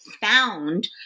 found